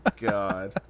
god